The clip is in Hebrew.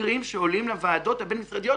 מקרים שעולים לוועדות הבין משרדיות,